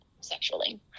sexually